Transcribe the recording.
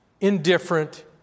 indifferent